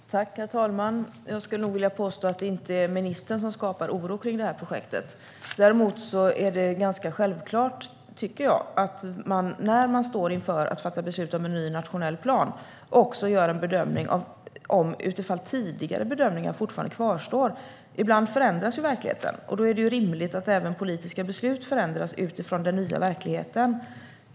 Herr talman! Jag skulle nog vilja påstå att det inte är ministern som skapar oro kring det här projektet. Däremot är det ganska självklart, tycker jag, att när man står inför att fatta beslut om en ny nationell plan också gör en bedömning av om tidigare bedömningar fortfarande kvarstår. Ibland förändras ju verkligheten, och då är det rimligt att även politiska beslut förändras utifrån den nya verkligheten.